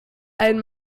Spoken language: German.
ein